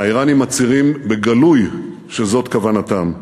האיראנים מצהירים בגלוי שזאת כוונתם.